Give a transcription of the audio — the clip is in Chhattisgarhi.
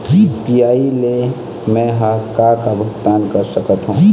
यू.पी.आई ले मे हर का का भुगतान कर सकत हो?